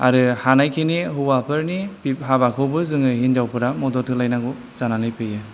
आरो हानायखिनि हौवाफोरनि हाबाखौबो जोङो हिन्जावफोरा मदद होलाय नांगौ जानानै फैयो